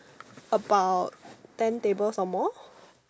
about ten tables or more